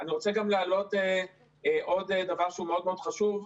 אני רוצה גם להעלות עוד דבר מאוד מאוד חשוב.